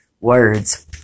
words